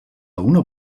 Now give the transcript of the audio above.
una